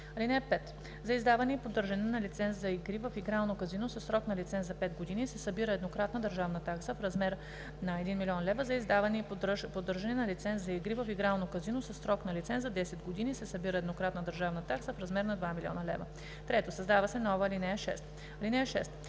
лв., а за издаване и поддържане на лиценз за игри в игрално казино със срок на лиценза 10 години се събира еднократна държавна такса в размер на 2 000 000 лв.“ 3. Създава се нова ал. 6: